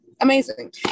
amazing